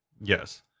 Yes